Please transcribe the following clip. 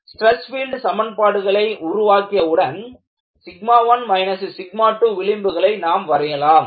stress field சமன்பாடுகளை உருவாக்கிய உடன் 1 2விளிம்புகளை நாம் வரையலாம்